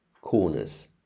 corners